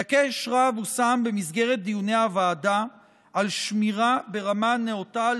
דגש רב הושם במסגרת דיוני הוועדה על שמירה ברמה נאותה על